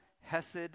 Hesed